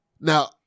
Now